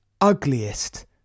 Ugliest